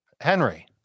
Henry